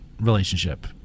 relationship